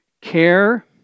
Care